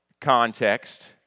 context